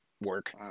work